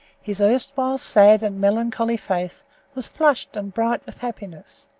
his erstwhile sad and melancholy face was flushed and bright with happiness.